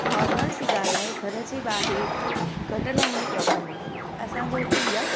normal सी ॻाल्हि आहे घर जे ॿाहिरि गटर लाइन जी प्रॉब्लम आहे असांजे हुते इहा